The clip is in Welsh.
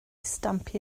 stamp